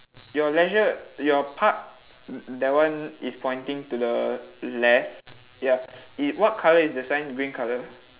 your leisure your park mm mm that one is pointing to the left ya i~ what colour is the sign green colour